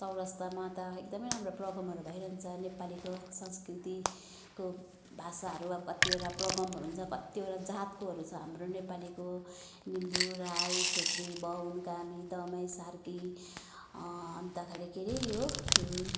चौरस्तामा त एकदमै राम्रो प्रोग्रामहरू भइरहन्छ नेपालीको संस्कृतिको भाषाहरू अब कतिवटा प्रोग्रामहरू हुन्छ कतिवटा जातकोहरू छ हाम्रो नेपालीको लिम्बू राई छेत्री बाहुन कामी दमाई सार्की अन्तखेरि के अरे यो